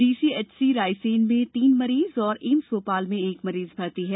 DCHC Raisen में तीन मरीज तथा एम्स भोपाल में एक मरीज भर्ती है